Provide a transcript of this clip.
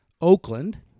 Oakland